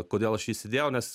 kodėl aš jį įsidėjau nes